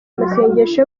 amasengesho